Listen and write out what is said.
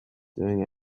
doing